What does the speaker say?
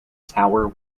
tower